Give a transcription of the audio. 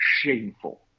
shameful